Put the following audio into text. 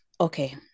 okay